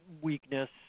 weakness